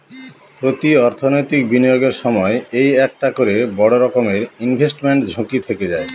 প্রতি অর্থনৈতিক বিনিয়োগের সময় এই একটা করে বড়ো রকমের ইনভেস্টমেন্ট ঝুঁকি থেকে যায়